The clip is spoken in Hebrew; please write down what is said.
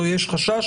או יש חשש.